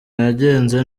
yagenze